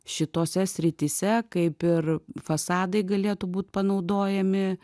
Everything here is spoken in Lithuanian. šitose srityse kaip ir fasadai galėtų būt panaudojami